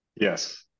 yes